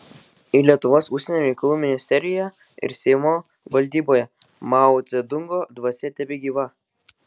ir lietuvos užsienio reikalų ministerijoje ir seimo valdyboje mao dzedungo dvasia tebegyva